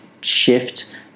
shift